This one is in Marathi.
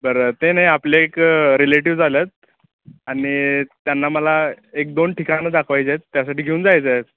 बरं ते नाही आपले एक रिलेटिव्ज आल्या आहेत आणि त्यांना मला एक दोन ठिकाणं दाखवायची आहेत त्यासाठी घेऊन जायचं आहे